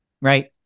right